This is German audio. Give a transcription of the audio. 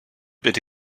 bitte